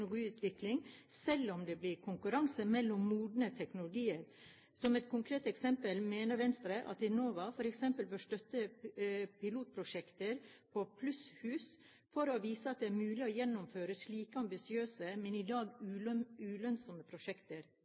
selv om det blir konkurranse mellom modne teknologier. Som et konkret eksempel mener Venstre at Enova f.eks. bør støtte pilotprosjekter om plusshus for å vise at det er mulig å gjennomføre slike ambisiøse, men i dag ulønnsomme prosjekter.